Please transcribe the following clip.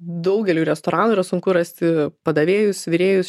daugeliui restoranų yra sunku rasti padavėjus virėjus